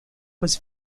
was